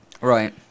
Right